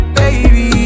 baby